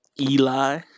eli